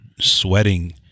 sweating